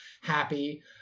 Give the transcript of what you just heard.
happy